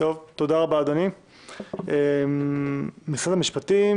האם ההצעה של חבר הכנסת קרעי מובנת?